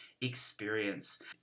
experience